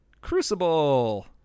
Crucible